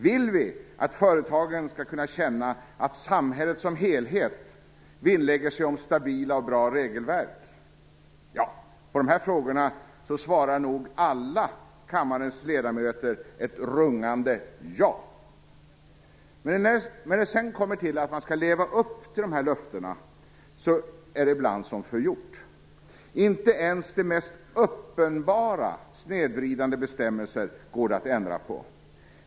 Vill vi att företagen skall kunna känna att samhället som helhet vinnlägger sig om stabila och bra regelverk? På dessa frågor svarar nog alla kammarens ledamöter ett rungande ja. Men när det sedan kommer till att leva upp till det är det ibland som förgjort. Inte ens de mest uppenbara snedvridande bestämmelser går det att ändra på.